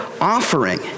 offering